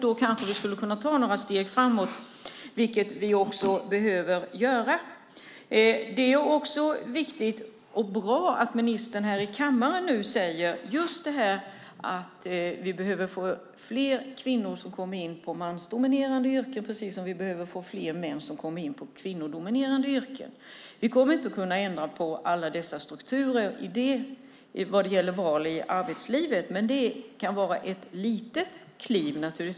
Då kanske vi skulle kunna ta några steg framåt, vilket vi också behöver göra. Det är också viktigt och bra att ministern här i kammaren nu säger att vi behöver få fler kvinnor som kommer in på mansdominerade yrken, precis som vi behöver få fler män som kommer in på kvinnodominerade yrken. Vi kommer inte att kunna ändra på alla dessa strukturer vad gäller val i arbetslivet, men det kan naturligtvis vara ett litet kliv.